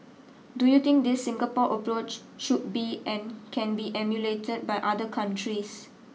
do you think this Singapore approach should be and can be emulated by other countries